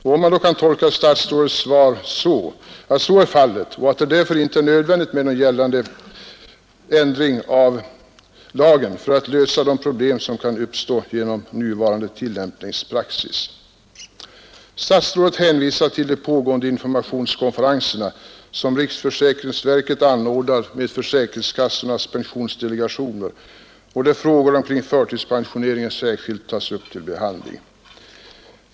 Om så är fallet, anser statsrådet då att det inte är nödvändigt med en ändring av den gällande lagen för att lösa de problem som kan uppstå genom nuvarande tillämpningspraxis? Statsrådet hänvisar till de pågående informationskonferenserna som riksförsäkringsverket anordnar med försäkringskassornas pensionsdelegationer och där frågor kring förtidspensioneringen särskilt tas upp till behandling.